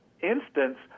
instance